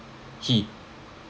he